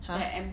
!huh!